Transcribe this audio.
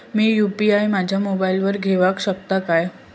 मी UPI माझ्या मोबाईलावर घेवक शकतय काय?